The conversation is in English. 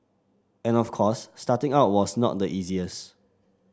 and of course starting out was not the easiest